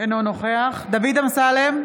אינו נוכח דוד אמסלם,